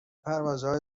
پروازهای